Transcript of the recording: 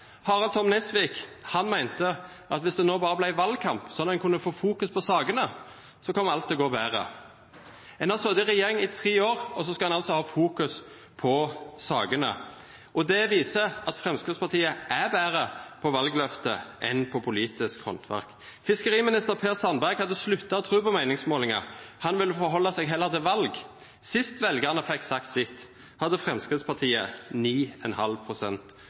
Tom Nesvik meinte at dersom det no berre vart valkamp, så ein kunne få fokus på sakene, kom alt til å gå betre. Ein har sete i regjering i tre år, og så skal ein altså ha fokus på sakene. Det viser at Framstegspartiet er betre på valløfte enn på politisk handverk. Fiskeriminister Per Sandberg hadde slutta å tru på meiningsmålingar. Han ville heller helda seg til val. Sist veljarane fekk sagt sitt, hadde Framstegspartiet 9,5 pst. oppslutning. Senterpartiet vil bruka dette året til å fremja ein